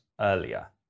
earlier